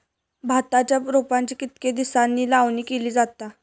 भाताच्या रोपांची कितके दिसांनी लावणी केली जाता?